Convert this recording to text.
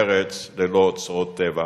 ארץ ללא אוצרות טבע,